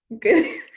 good